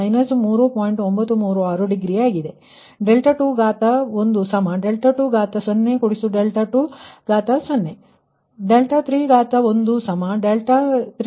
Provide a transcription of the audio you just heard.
936 degree ಆಗಿದೆ 2 2∆2 33∆3 V2 V2∆V2 ಆದ್ದರಿಂದ 33∆3